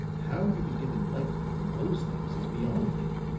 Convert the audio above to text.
how you could get enlightenment from those things is beyond me,